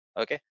okay